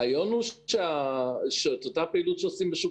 הרעיון הוא שאת אותה פעילות שעושים בשוק